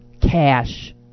cash